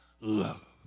love